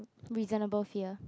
reasonable sia